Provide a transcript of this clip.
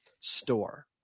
store